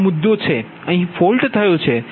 આ મુદ્દો છે અહીં ફોલ્ટ થયો છે